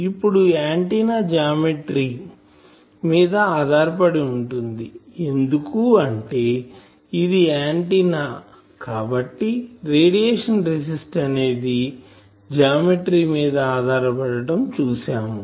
ఇప్పుడు antenna geometry మీద ఆధారపడి వుంది ఎందుకు అంటే ఇది ఆంటిన్నా కాబట్టి రేడియేషన్ రెసిస్టెన్సు అనేది జామెట్రీ మీద ఆధారపడటం చూసాము